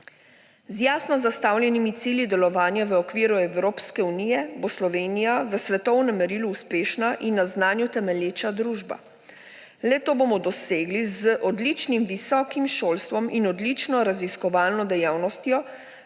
Z jasno zastavljenimi cilji delovanja v okviru Evropske unije bo Slovenija v svetovnem merilu uspešna in na znanju temelječa družba. Le-to bomo dosegli z odličnim visokim šolstvom in odločno raziskovalno dejavnostjo